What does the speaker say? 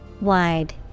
Wide